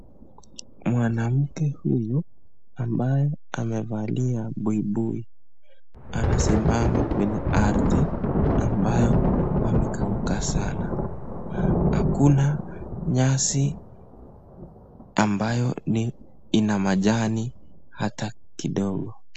Mwanamke huyu ambaye amevalia buibui anasimama kwenye ardhi ambayo pamekauka sana. Hakuna nyasi ambayo ina majani hata kidogo.